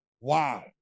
Wow